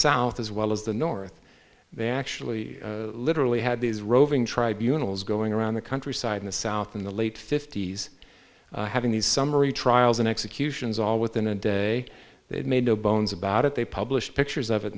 south as well as the north they actually literally had these roving tribunals going around the countryside in the south in the late fifty's having these summary trials in executions all within a day they had made no bones about it they published pictures of it